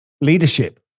leadership